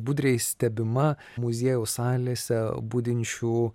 budriai stebima muziejaus salėse budinčių